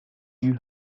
you